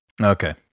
Okay